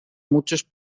muchos